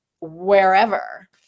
wherever